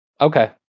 Okay